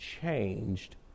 changed